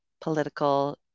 political